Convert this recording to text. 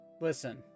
Listen